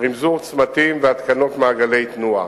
רמזוּר צמתים והתקנות מעגלי תנועה.